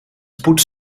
spoed